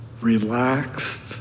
relaxed